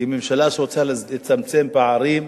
כממשלה שרוצה לצמצם פערים,